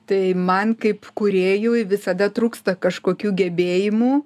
tai man kaip kūrėjui visada trūksta kažkokių gebėjimų